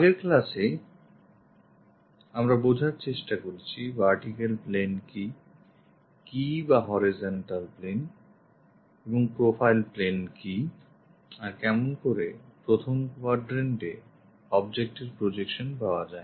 আগের ক্লাসে আমরা বোঝার চেষ্টা করেছি ভার্টিক্যাল প্লেন কি কি ই বা হরাইজন্টাল প্লেন এবং প্রোফাইল প্লেন কি আর কেমন করে প্রথম কোয়াড্রেন্টএ কোন objectএর প্রজেকশন পাওয়া যায়